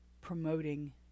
promoting